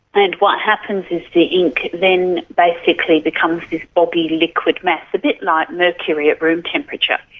and what happens is the ink then basically becomes this boggy liquid mass, a bit like mercury at room temperature,